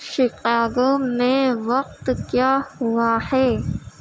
Chicago میں وقت کیا ہوا ہے